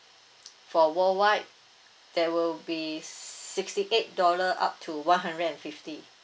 for worldwide there will be sixty eight dollar up to one hundred and fifty